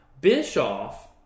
Bischoff